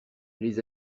les